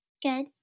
Good